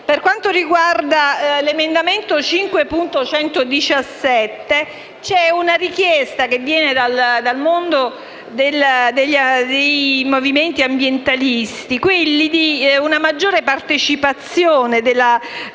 Per quanto riguarda l’emendamento 5.117, esso contiene la richiesta, che viene dal mondo dei movimenti ambientalisti, di una maggiore partecipazione della